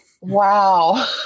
wow